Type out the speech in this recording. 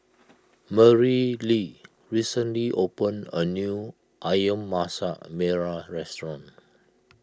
Merrilee recently opened a new Ayam Masak Merah Restaurant